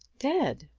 dead!